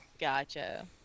Gotcha